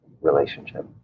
relationship